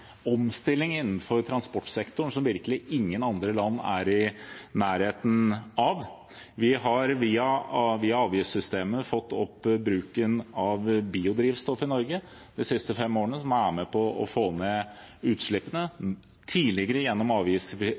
fått opp bruken av biodrivstoff i Norge, som er med på å få ned utslippene. Det var tidligere gjennom